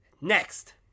Next